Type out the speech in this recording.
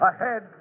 ahead